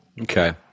Okay